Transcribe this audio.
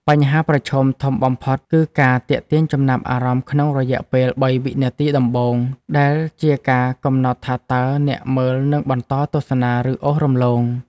បញ្ហាប្រឈមធំបំផុតគឺ ការទាក់ទាញចំណាប់អារម្មណ៍ក្នុងរយៈពេល ៣ វិនាទីដំបូង ដែលជាការកំណត់ថាតើអ្នកមើលនឹងបន្តទស្សនា ឬអូសរំលង។